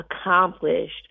accomplished